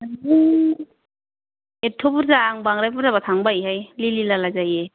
आयौ एथ' बुरजा आं बांद्राय बुरजाब्ला थांनो बायो हाय लिलि लाला जायो